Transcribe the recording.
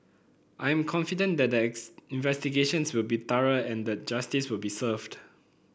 I am confident that the investigations will be thorough and that justice will be served